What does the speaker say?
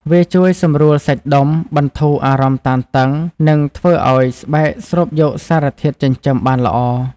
វាជួយសម្រួលសាច់ដុំ បន្ធូរអារម្មណ៍តានតឹង និងធ្វើឲ្យស្បែកស្រូបយកសារធាតុចិញ្ចឹមបានល្អ។